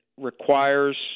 requires